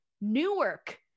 Newark